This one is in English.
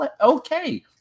okay